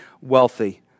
wealthy